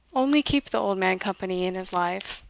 only keep the old man company in his life,